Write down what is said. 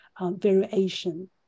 variation